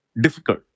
difficult